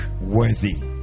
worthy